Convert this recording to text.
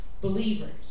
believers